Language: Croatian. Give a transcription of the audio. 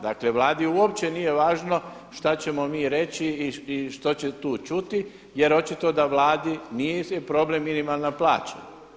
Dakle, Vladi uopće nije važno što ćemo mi reći i što će tu čuti, jer očito da Vladi nije problem minimalna plaća.